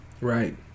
right